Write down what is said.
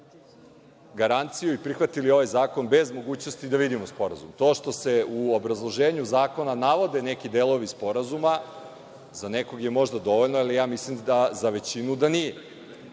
garanciju i prihvatili ovaj zakon bez mogućnosti da vidimo sporazum. To što se u obrazloženju zakona navode neki delovi sporazuma za nekoga je možda dovoljno, ali ja mislim za većinu da nije